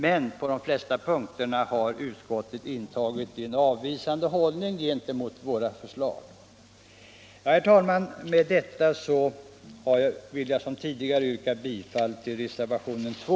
Men på de flesta punkter har utskottet intagit en avvisande hållning gentemot våra förslag. Herr talman! Med detta vill jag, som jag tidigare sagt, yrka bifall till reservationen 2.